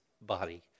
body